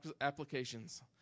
applications